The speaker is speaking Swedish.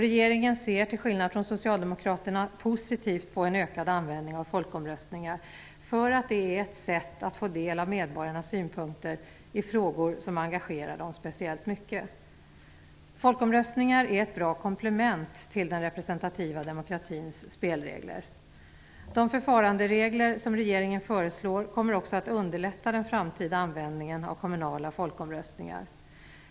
Regeringen ser, till skillnad från Socialdemokraterna, positivt på en ökad användning av folkomröstningar. Det är ett sätt att få del av medborgarnas synpunkter i frågor som engagerar dem speciellt mycket. Folkomröstningar är ett bra komplement till den representativa demokratins spelregler. De förfaranderegler som regeringen föreslår kommer också att underlätta den framtida användningen av kommunala folkomröstningar.